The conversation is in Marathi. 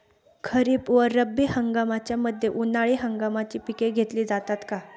खरीप व रब्बी हंगामाच्या मध्ये उन्हाळी हंगामाची पिके घेतली जातात का?